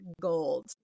gold